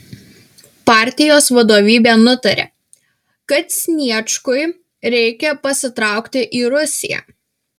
partijos vadovybė nutarė kad sniečkui reikia pasitraukti į rusiją